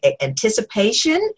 anticipation